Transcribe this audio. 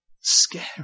scary